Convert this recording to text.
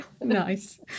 Nice